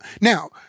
Now